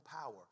power